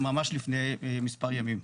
ממש לפני מס' ימים.